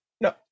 no